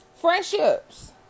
Friendships